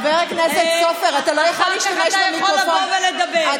אחר כך אתה יכול לבוא ולדבר.